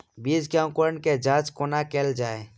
बीज केँ अंकुरण केँ जाँच कोना केल जाइ?